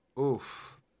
oof